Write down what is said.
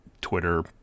twitter